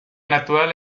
natural